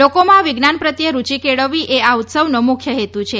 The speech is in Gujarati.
લોકોમાં વિજ્ઞાન પ્રત્યે રૂચી કેળવવી એ આ ઉત્સવનો મુખ્ય હેતુ છે